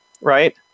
right